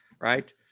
Right